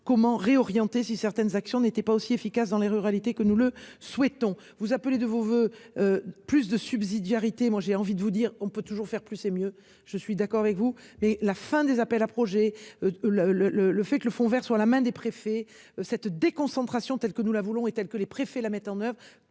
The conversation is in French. comment réorienter si certaines actions n'étaient pas aussi efficace dans les ruralités que nous le souhaitons. Vous appelez de vos voeux. Plus de subsidiarité. Moi j'ai envie de vous dire, on peut toujours faire plus et mieux, je suis d'accord avec vous mais la fin des appels à projets. Le le le le fait que le Fonds Vert sur la main des préfets cette déconcentration telle que nous la voulons est telle que les préfets la mettre en oeuvre